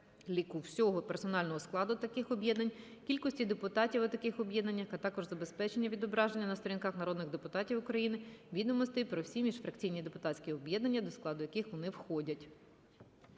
переліку всього персонального складу таких об'єднань, кількості депутатів у таких об'єднаннях, а також забезпечення відображення на сторінках народних депутатів України відомостей про всі міжфракційні депутатські об'єднання, до складу яких вони входять.